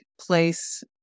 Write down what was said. place